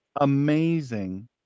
amazing